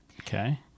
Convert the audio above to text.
Okay